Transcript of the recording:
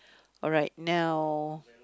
alright now